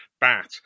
bat